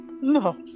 No